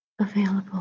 available